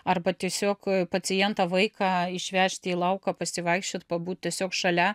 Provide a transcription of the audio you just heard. arba tiesiog pacientą vaiką išvežti į lauką pasivaikščiot pabūt tiesiog šalia